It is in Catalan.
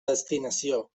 destinació